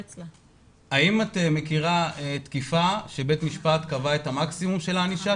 האם את מכירה תקיפה שבית המשפט קבע את המקסימום של הענישה,